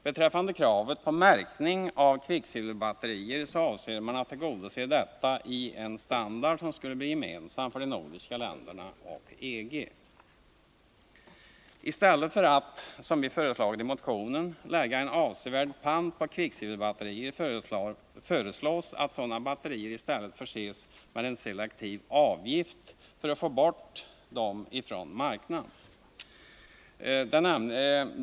Beträffande kravet på märkning av kvicksilverbatterier avser man att tillgodose detta i en standard som skulle bli gemensam för de nordiska länderna och EG. I stället för att, som vi föreslagit i motionen, lägga en avsevärd pant på kvicksilverbatterier föreslås att sådana batterier i stället förses med en selektiv avgift, för att man skall få bort dem från marknaden.